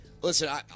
listen